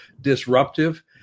disruptive